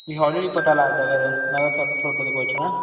ਵੀ ਹੌਲੀ ਹੌਲੀ ਪਤਾ ਲੱਗਦਾ ਫਿਰ ਮੈਂ ਥੋ ਤੁਹਾਡੇ ਤੋਂ ਪੁੱਛ ਲਾਂ